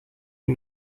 you